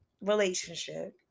relationship